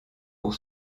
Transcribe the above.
pour